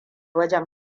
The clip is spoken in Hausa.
wajen